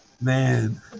Man